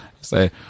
say